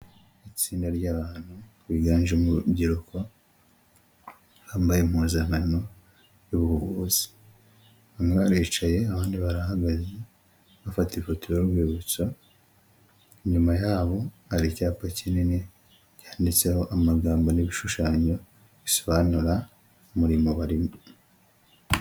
Itsinda ry'abantu biganjemo urubyiruko, bambaye impuzankano y'ubuvuzi. Umwe aricaye abandi barahagaze bafata ifoto y'urwibutso, inyuma yabo hari icyapa kinini cyanditseho amagambo n'ibishushanyo, bisobanura umurimo barimo.